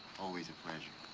always a pleasure.